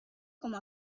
como